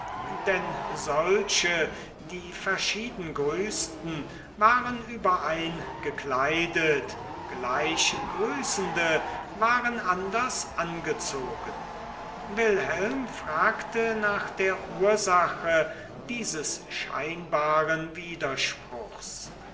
denn solche die verschieden grüßten waren überein gekleidet gleich grüßende waren anders angezogen wilhelm fragte nach der ursache dieses scheinbaren widerspruchs